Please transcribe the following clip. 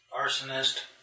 Arsonist